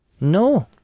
No